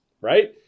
right